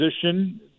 position